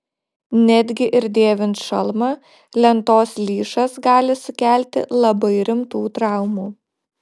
netgi ir dėvint šalmą lentos lyšas gali sukelti labai rimtų traumų